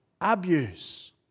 abuse